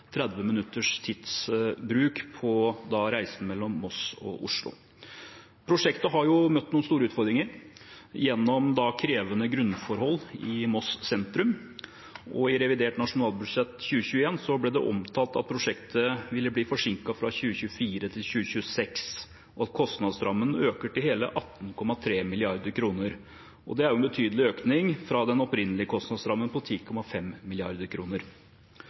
30 minutters tidsbruk på reisen mellom Moss og Oslo. Prosjektet har møtt noen store utfordringer gjennom krevende grunnforhold i Moss sentrum, og i revidert nasjonalbudsjett 2021 ble det omtalt at prosjektet ville bli forsinket fra 2024 til 2026, og at kostnadsrammen øker til hele 18,3 mrd. kr. Det er en betydelig økning fra den opprinnelige kostnadsrammen på 10,5